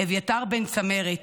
אביתר בן צמרת,